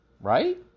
right